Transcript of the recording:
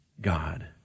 God